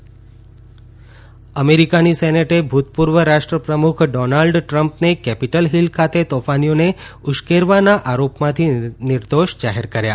Trump મહાભિયોગ મુક્તિ અમેરિકાની સેનેટે ભૂતપૂર્વ રાષ્ટ્રપ્રમુખ ડોનાલ્ડ ટ્રમ્પને કેપીટલ ફીલ ખાતે તોફાનીઓને ઉશ્કેરવાના આરોપમાંથી નિર્દોષ જાહેર કર્યા